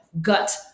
gut